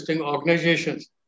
organizations